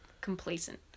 complacent